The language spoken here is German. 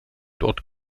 dort